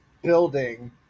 building